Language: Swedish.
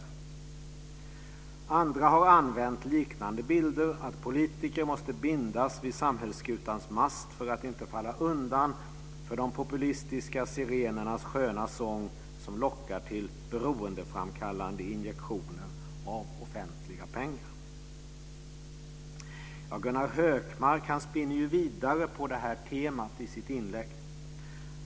Andra har använt liknande bilder, t.ex. att politiker måste bindas vid samhällsskutans mast för att inte falla undan för de populistiska sirenernas sköna sång som lockar till beroendeframkallande injektioner av offentliga pengar. Gunnar Hökmark spinner vidare på det här temat i sitt inlägg.